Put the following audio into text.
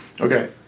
okay